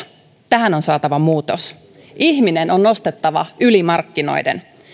tähän on saatava muutos ihminen on nostettava yli markkinoiden